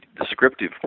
descriptive